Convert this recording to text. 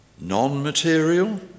non-material